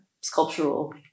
sculptural